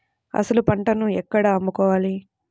అసలు పంటను ఎక్కడ అమ్ముకోవాలి?